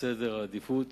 בסדר העדיפות